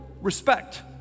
respect